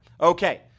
Okay